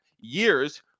years